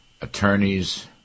attorneys